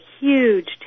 huge